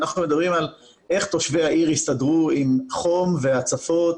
אנחנו מדברים על איך תושבי העיר יסתדרו עם חום והצפות